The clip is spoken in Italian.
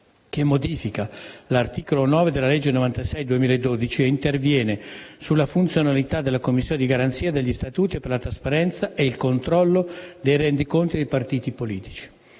che modifica l'articolo 9 della legge n. 96 del 2012 e interviene sulla funzionalità della Commissione di garanzia degli statuti e per la trasparenza e il controllo dei rendiconti dei partiti politici.